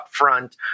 upfront